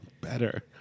Better